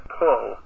pull